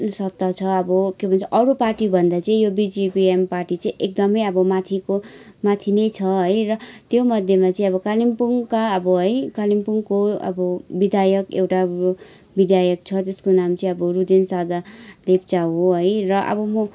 सत्ता छ अब के भन्छ अरू पार्टीभन्दा चाहिँ यो बिजिपिएम पार्टी चाहिँ एकदमै अब माथिको माथि नै छ है र त्योमध्येमा चाहिँ अब कालिम्पोङका अब है कालिम्पोङको अब विधायक एउटा विधायक छ जसको नाम चाहिँ अब रुदेन सादा लेप्चा हो है र अब म